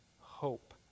hope